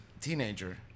teenager